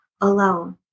alone